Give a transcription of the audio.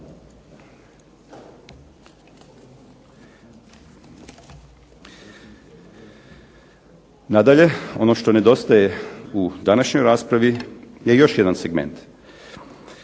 Nadalje, ono što nedostaje u današnjoj raspravi je još jedan segment.